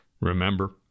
remember